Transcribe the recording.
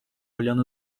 olhando